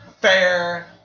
fair